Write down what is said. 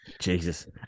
Jesus